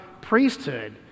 priesthood